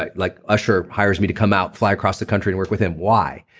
like like usher hires me to come out, fly across the country to work with him, why?